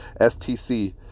STC